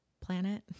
planet